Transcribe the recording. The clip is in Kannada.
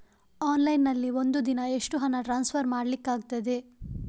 ಆನ್ಲೈನ್ ನಲ್ಲಿ ಒಂದು ದಿನ ಎಷ್ಟು ಹಣ ಟ್ರಾನ್ಸ್ಫರ್ ಮಾಡ್ಲಿಕ್ಕಾಗ್ತದೆ?